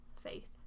faith